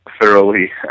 Thoroughly